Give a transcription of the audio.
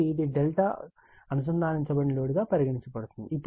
కాబట్టి ఇది ∆ అనుసంధానించబడిన లోడ్ గా పరిగణించబడుతుంది